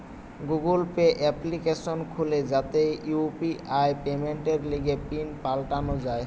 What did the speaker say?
Google Pay application খুলে যাতে UPI পেমেন্টের লিগে পিন পাল্টানো যায়